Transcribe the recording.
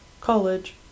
college